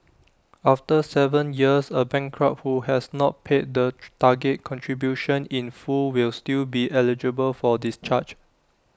after Seven years A bankrupt who has not paid the target contribution in full will still be eligible for discharge